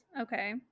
okay